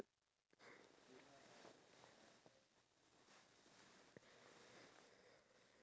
because we cannot grow certain ya we cannot grow certain